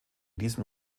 diesem